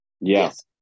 Yes